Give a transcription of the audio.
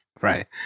Right